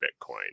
Bitcoin